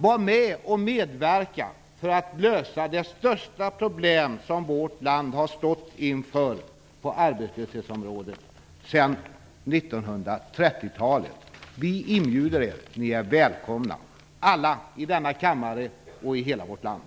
Var med och medverka till att lösa det största problem vårt land har stått inför på arbetslöshetsområdet sedan 1930-talet! Vi inbjuder er. Ni är välkomna - alla i denna kammare och i hela vårt land.